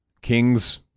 Kings